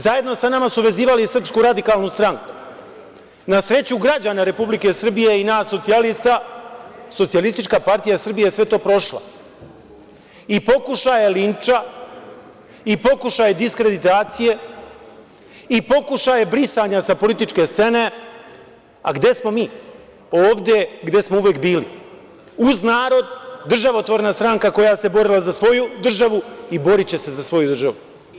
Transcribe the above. Zajedno sa nama su vezivali SRS, na sreću građana Republike Srbije i nas socijalista, SPS je sve to prošla i pokušaje linča i pokušaj diskreditacije i pokušaj brisanja sa političke scene, a gde smo mi – ovde gde smo uvek bili, uz narod, državotvorna stranka koja se borila za svoju državu i boriće se za svoju državu.